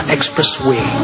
Expressway